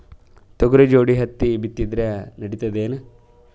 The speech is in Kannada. ತೊಗರಿ ಜೋಡಿ ಹತ್ತಿ ಬಿತ್ತಿದ್ರ ನಡಿತದೇನು?